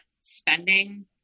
spending